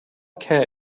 cat